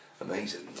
amazing